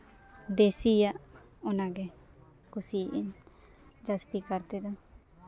ᱫᱮᱥᱤᱭᱟᱜ ᱚᱱᱟᱜᱮ ᱠᱩᱥᱤᱭᱟᱜᱼᱟᱹᱧ ᱡᱟᱹᱥᱛᱤ ᱠᱟᱨᱛᱮᱫᱚ